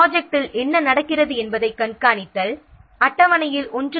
ப்ராஜெக்ட்டில் என்ன நடக்கிறது என்பதைக் கண்காணிக்க வேண்டும்